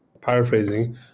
paraphrasing